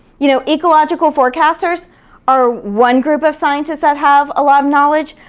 you know ecological forecasters are one group of scientists that have a lot of knowledge,